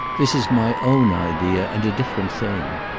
this is my own idea and a different thing.